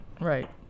right